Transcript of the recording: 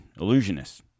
illusionist